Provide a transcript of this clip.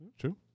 True